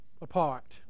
apart